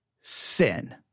Sin